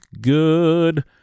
good